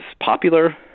popular